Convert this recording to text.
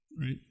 right